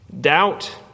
Doubt